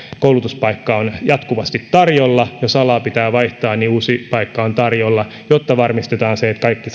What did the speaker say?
koulutuspaikka on jatkuvasti tarjolla ja jos alaa pitää vaihtaa niin uusi paikka on tarjolla jotta varmistetaan se että kaikki